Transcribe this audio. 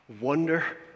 wonder